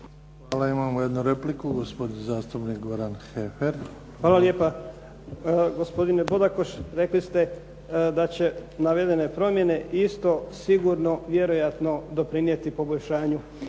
Hvala. Imamo jednu repliku. Gospodin zastupnik Goran Heffer. **Heffer, Goran (SDP)** Hvala lijepa. Gospodine Bodakoš, rekli ste da će navedene promjene isto sigurno vjerojatno doprinijeti poboljšanju.